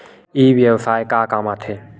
ई व्यवसाय का काम आथे?